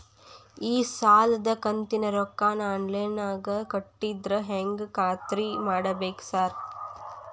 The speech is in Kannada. ಈ ಸಾಲದ ಕಂತಿನ ರೊಕ್ಕನಾ ಆನ್ಲೈನ್ ನಾಗ ಕಟ್ಟಿದ್ರ ಹೆಂಗ್ ಖಾತ್ರಿ ಮಾಡ್ಬೇಕ್ರಿ ಸಾರ್?